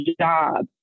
job